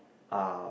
are